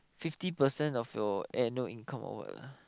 fifty percent of your annual income or what lah